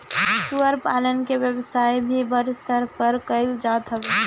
सूअर पालन के व्यवसाय भी बड़ स्तर पे कईल जात हवे